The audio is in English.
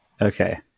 Okay